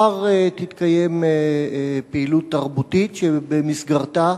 מחר תתקיים פעילות תרבותית שבמסגרתה